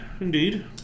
Indeed